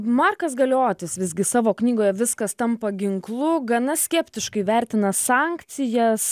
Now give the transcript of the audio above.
markas galiotis visgi savo knygoje viskas tampa ginklu gana skeptiškai vertina sankcijas